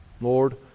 Lord